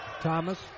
Thomas